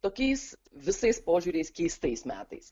tokiais visais požiūriais keistais metais